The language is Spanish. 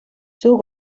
sus